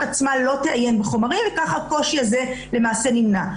עצמה לא תראה את החומרים וכך הקושי הזה למעשה נמנע.